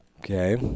Okay